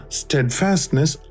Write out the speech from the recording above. steadfastness